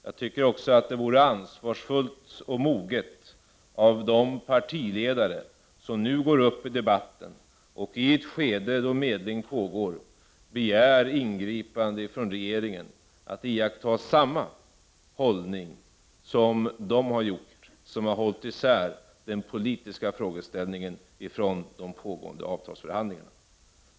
Jag tycker också att det vore ansvarsfullt och moget av de partiledare som nu går upp i debatten och, i ett skede då medling pågår, begär ingripande från regeringen, att iaktta samma hållning som de har gjort som har hållit isär den politiska frågeställningen från de pågående avtalsförhandlingarna.